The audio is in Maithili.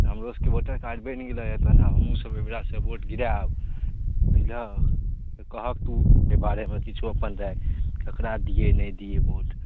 हमरो सबके वोटर कार्ड बनि गेल हँ तहन हमहूँसब एहिबेरासँ वोट गिराएब बुझलहक कहक तू एहि बारेमे किछु अपन राय ककरा दिए नहि दिए वोट